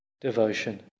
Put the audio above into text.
devotion